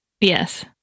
Yes